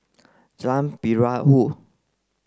Jalan Perahu